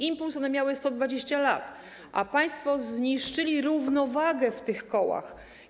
Impuls miały one przez 120 lat, a państwo zniszczyli równowagę w tych kołach.